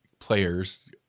players